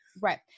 Right